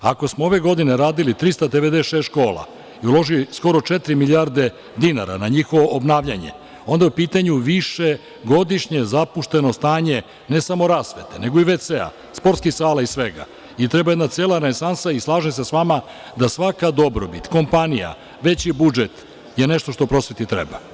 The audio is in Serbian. Ako smo ove godine radili 396 škola i uložili skoro četiri milijarde dinara na njihovo obnavljanje, onda je u pitanju višegodišnje zapušteno stanje ne samo rasvete, nego i toaleta, sportskih sala i svega i treba jedna cela renesansa i slažem se sa vama da svaka dobrobit kompanija, veći budžet je nešto što prosveti treba.